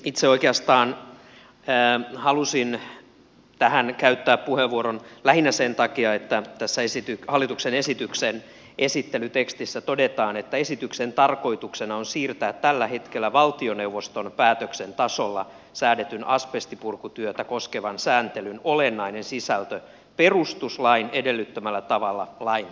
itse oikeastaan halusin tähän käyttää puheenvuoron lähinnä sen takia että tässä hallituksen esityksen esittelytekstissä todetaan että esityksen tarkoituksena on siirtää tällä hetkellä valtioneuvoston päätöksen tasolla säädetyn asbestipurkutyötä koskevan sääntelyn olennainen sisältö perustuslain edellyttämällä tavalla lain tasolle